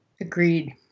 Agreed